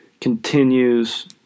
continues